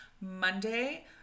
Monday